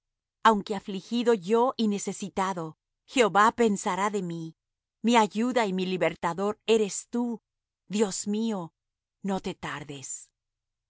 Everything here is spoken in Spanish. aunque afligido yo y necesitado jehová pensará de mí mi ayuda y mi libertador eres tú dios mío no te tardes